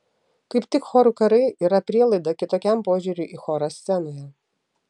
kaip tik chorų karai yra prielaida kitokiam požiūriui į chorą scenoje